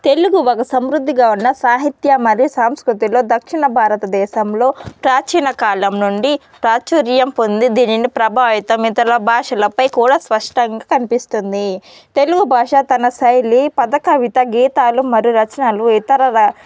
తెలుగు ఒక సమృద్ధిగా ఉన్న సాహిత్య మరియు సాంస్కృతిలో దక్షిణ భారతదేశంలో ప్రాచీన కాలం నుండి ప్రాచుర్యం పొంది దీనిని ప్రభావితం ఇతర భాషలపై కూడా స్పష్టంగా కనిపిస్తుంది తెలుగు భాష తన శైలి పద కవిత గీతాలు మరియు రచనలు ఇతర